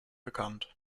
bekannt